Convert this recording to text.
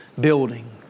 building